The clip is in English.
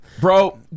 Bro